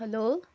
hello